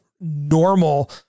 normal